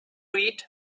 eat